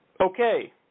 Okay